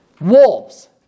wolves